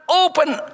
open